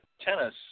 tennis